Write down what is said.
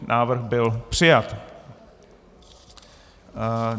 Návrh byl přijat.